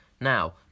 Now